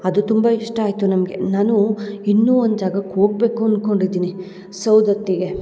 ಅದು ತುಂಬ ಇಷ್ಟ ಆಯಿತು ನಮಗೆ ನಾನು ಇನ್ನೂ ಒಂದು ಜಾಗಕ್ಕೆ ಹೋಗಬೇಕು ಅನ್ಕೊಂಡು ಇದ್ದೀನಿ ಸೌದತ್ತಿಗೆ